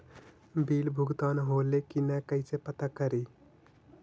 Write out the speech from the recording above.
Bill भुगतान होले की न कैसे पता करी?